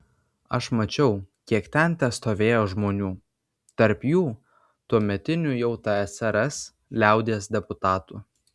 aš mačiau kiek ten testovėjo žmonių tarp jų tuometinių jau tsrs liaudies deputatų